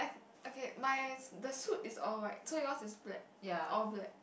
okay my the suit is all white so yours is black all black